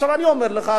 אני אומר לך,